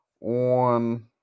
on